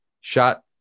shot